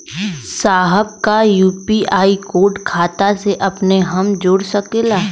साहब का UPI code खाता से अपने हम जोड़ सकेला?